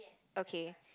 okay